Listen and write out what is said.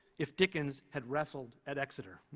if dickens had wrestled at exeter.